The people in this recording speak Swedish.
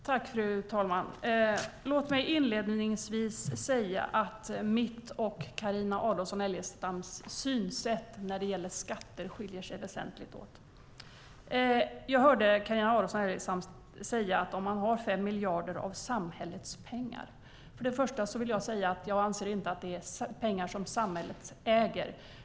Fru talman! Låt mig inledningsvis säga att mitt och Carina Adolfsson Elgestams synsätt när det gäller skatter skiljer sig väsentligt åt. Jag hörde Carina Adolfsson Elgestam prata om att man har 5 miljarder som är samhällets pengar. Först och främst vill jag säga att jag inte anser att det är pengar som samhället äger.